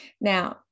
Now